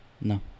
No